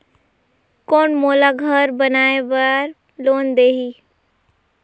कौन मोला घर बनाय बार लोन देही?